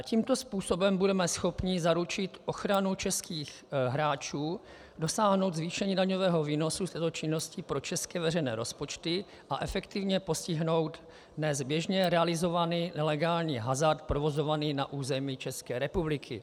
Tímto způsobem budeme schopni zaručit ochranu českých hráčů, dosáhnout zvýšení daňového výnosu z této činnosti pro české veřejné rozpočty, a efektivně postihnout dnes běžně realizovaný nelegální hazard provozovaný na území České republiky.